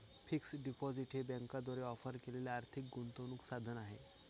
fixed deposit हे बँकांद्वारे offer केलेले आर्थिक गुंतवणूक साधन आहे